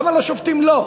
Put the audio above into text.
למה על השופטים לא?